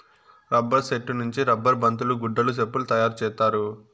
rubber సెట్టు నుంచి rubber బంతులు గుడ్డలు సెప్పులు తయారు చేత్తారు